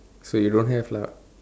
so you don't have lah